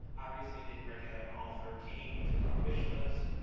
obviously, didn't break out um in all thirteen, which was our wish list,